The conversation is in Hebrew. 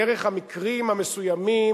דרך המקרים המסוימים,